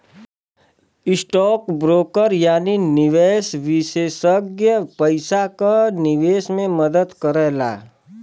stock broker या निवेश विषेसज्ञ पइसा क निवेश में मदद करला